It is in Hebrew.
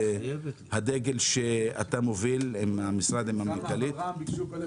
הדגל שאתה מוביל עם המשרד והמנכ"לית.